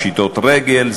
פשיטות רגל,